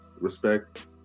respect